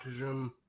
Autism